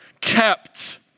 kept